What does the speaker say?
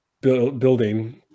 building